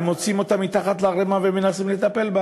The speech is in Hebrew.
וכשמוציאים אותו מתחת לערמה ומנסים לטפל בו,